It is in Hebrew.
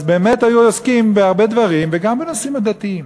אז באמת היו עוסקים בהרבה דברים וגם בנושאים הדתיים.